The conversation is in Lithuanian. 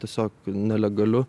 tiesiog nelegaliu